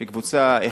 שהיא קבוצה איכותית,